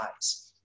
eyes